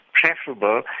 preferable